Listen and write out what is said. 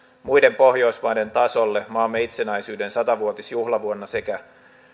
muiden pohjoismaiden tasolle maamme itsenäisyyden satavuotisjuhlavuonna sekä